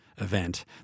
event